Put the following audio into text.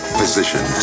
physician